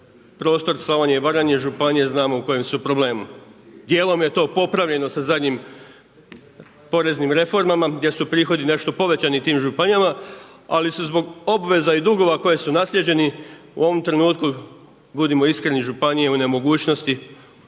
prostor Slavonije i Baranje, županije, znamo u kojem su problemu. Djelom je to popravljeno sa zadnjim poreznim reformama gdje su prihodi nešto povećani tim županijama ali su zbog obveza i dugova koji su naslijeđeni, u ovom trenutku budimo iskreni, županije u nemogućnosti